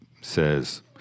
says